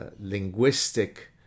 linguistic